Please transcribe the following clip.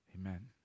amen